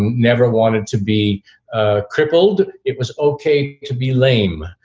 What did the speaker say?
never wanted to be ah crippled. it was ok to be lame,